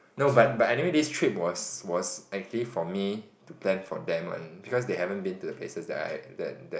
no but but anyway this trip was was actually for me to plan for them one because they haven't been to the places that I that that